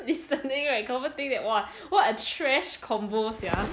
the person listening right confirm think that !wah! what a trash convo sia